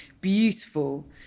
beautiful